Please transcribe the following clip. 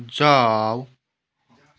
जाउ